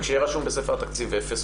וכשיהיה רשום בספר התקציב אפס,